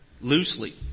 loosely